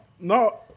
No